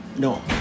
No